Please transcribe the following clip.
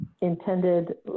intended